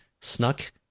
snuck